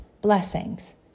blessings